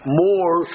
more